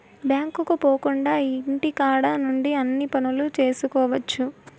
బ్యాంకుకు పోకుండా ఇంటికాడ నుండి అన్ని పనులు చేసుకోవచ్చు